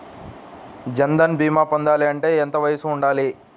జన్ధన్ భీమా పొందాలి అంటే ఎంత వయసు ఉండాలి?